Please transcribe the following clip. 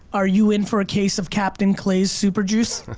are you in for a case of captain clay's super juice?